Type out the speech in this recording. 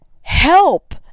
help